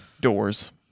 Doors